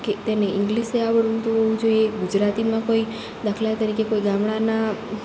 કે તેને ઇંગ્લિશે આવડતું હોવું જોઈએ ગુજરાતીમાં કોઈ દાખલા તરીકે કોઈ ગામડાના